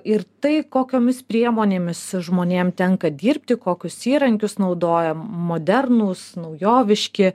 ir tai kokiomis priemonėmis žmonėm tenka dirbti kokius įrankius naudoja modernūs naujoviški